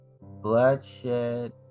bloodshed